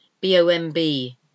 B-O-M-B